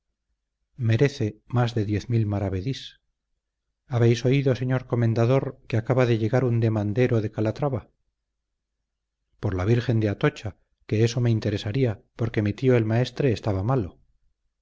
merece más de diez mil maravedís habéis oído señor comendador que acaba de llegar un demandadero de calatrava por la virgen de atocha que eso me interesaría porque mi tío el maestre estaba malo